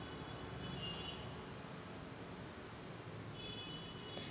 मले माया दोन एकर वावरावर कितीक कर्ज भेटन?